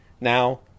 Now